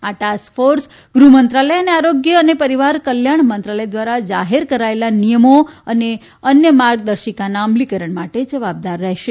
આ task force ગૃહ મંત્રાલય અને આરોગ્ય અને પરિવાર કલ્યાણ મંત્રાલય દ્વારા જાહેર કરાયેલ નિયમો અને અન્ય માર્ગદર્શિકા ના અમલીકરણ માટે જવાબદાર રહેશે